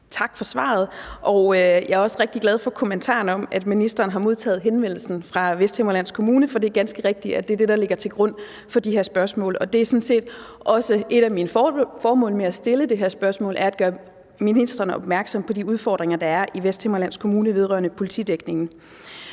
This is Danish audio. Tak for svaret. Jeg er også rigtig glad for kommentaren om, at ministeren har modtaget henvendelsen fra Vesthimmerlands Kommune, for det er ganske rigtigt, at det er det, der ligger til grund for de her spørgsmål, og et af mine formål med at stille spørgsmålene er sådan set også at gøre ministeren opmærksom på de udfordringer, der er i Vesthimmerlands Kommune vedrørende politidækningen.